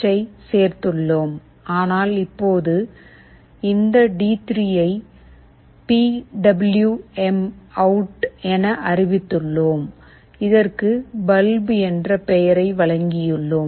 h ஐ சேர்த்துள்ளோம் ஆனால் இப்போது இந்த டி3யை பி டபிள்யு எம் அவுட் என அறிவித்துள்ளோம் இதற்கு "பல்பு" என்ற பெயரை வழங்கியுள்ளோம்